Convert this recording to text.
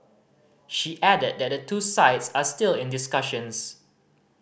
she added that the two sides are still in discussions